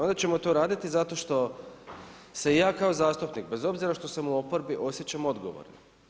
Onda ćemo to raditi zato što se ja kao zastupnik bez obzira što sam u oporbi osjećam odgovornim.